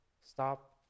Stop